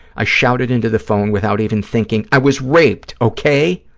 i shouted into the phone without even thinking, i was raped, okay?